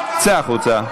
צא החוצה.